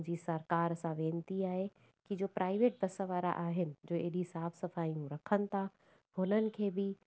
मुंहिंजी सरकार सां वेनती आहे की जो प्राइवेट बस वारा आहिनि जो एॾी साफ़ सफ़ाई रखनि था हुननि खे बि